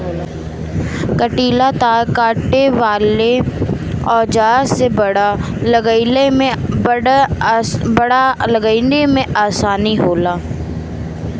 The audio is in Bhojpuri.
कंटीला तार काटे वाला औज़ार से बाड़ लगईले में आसानी होला